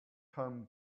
can